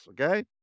okay